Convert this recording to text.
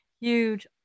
huge